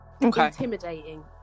intimidating